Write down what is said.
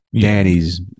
Danny's